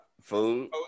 Food